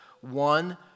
One